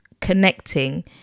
connecting